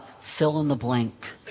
fill-in-the-blank